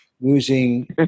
using